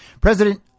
president